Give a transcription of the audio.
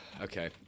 Okay